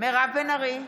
מירב בן ארי,